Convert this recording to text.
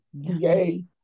Yay